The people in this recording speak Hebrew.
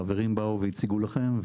חברים באו והציגו לכם.